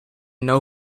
know